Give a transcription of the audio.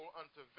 unto